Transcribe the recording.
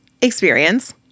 experience